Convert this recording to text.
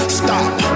stop